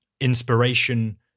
inspiration